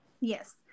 Yes